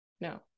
No